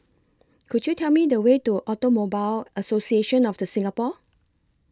Could YOU Tell Me The Way to Automobile Association of The Singapore